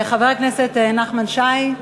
חבר הכנסת נחמן שי,